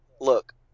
Look